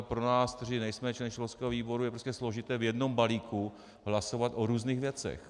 Pro nás, kteří nejsme členy školského výboru, je prostě složité v jednom balíku hlasovat o různých věcech.